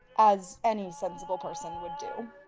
as any sensible person would do.